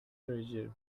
treasure